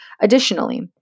Additionally